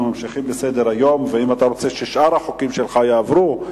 אנחנו ממשיכים בסדר-היום ואם אתה רוצה ששאר החוקים שלך יעברו,